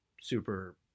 super